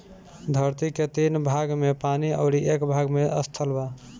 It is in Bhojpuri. धरती के तीन भाग में पानी अउरी एक भाग में स्थल बा